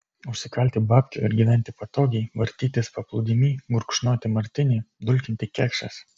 užsikalti babkių ir gyventi patogiai vartytis paplūdimy gurkšnoti martinį dulkinti kekšes